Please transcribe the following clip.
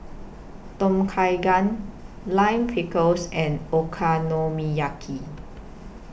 Tom Kha Gai Lime Pickle and Okonomiyaki